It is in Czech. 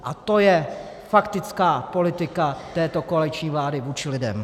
A to je faktická politika této koaliční vlády vůči lidem!